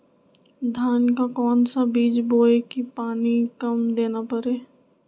धान का कौन सा बीज बोय की पानी कम देना परे?